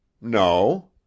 No